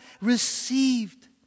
received